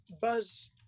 buzz